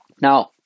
Now